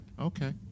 okay